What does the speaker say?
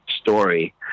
story